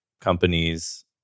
companies